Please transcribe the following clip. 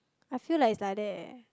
I feel like it's like that eh